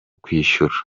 kwishyura